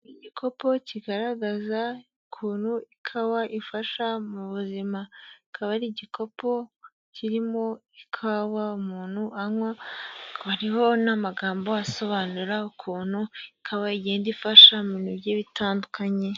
Igikopo kigaragaza ukuntu ikawa ifasha mu buzima, akaba ari igikopo kirimo ikawa umuntu anywa, hariho n'amagambo asobanura ukuntu ikawa igenda ifasha mu mu bintu bigiye bitandukanye.